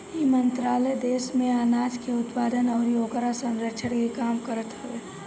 इ मंत्रालय देस में आनाज के उत्पादन अउरी ओकरी संरक्षण के काम करत हवे